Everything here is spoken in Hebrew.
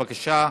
בבקשה.